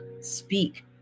speak